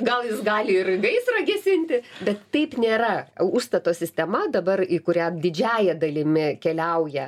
gal jis gali ir gaisrą gesinti bet taip nėra užstato sistema dabar į kurią didžiąja dalimi keliauja